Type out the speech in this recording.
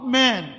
men